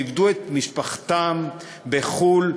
שאיבדו את משפחתן בחו"ל,